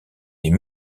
des